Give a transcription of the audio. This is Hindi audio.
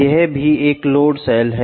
यह भी एक लोड सेल है